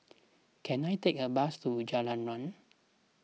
can I take a bus to Jalan Riang